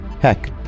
Heck